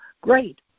Great